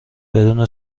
بدون